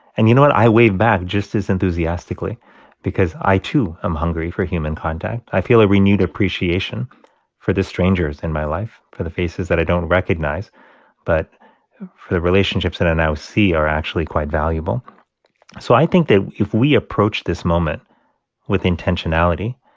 and you know what? i wave back just as enthusiastically because i too am hungry for human contact. i feel a renewed appreciation for the strangers in my life, for the faces that i don't recognize but for the relationships that i now see are actually quite valuable so i think that if we approach this moment with intentionality,